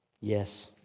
yes